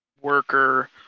worker